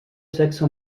sexe